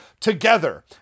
together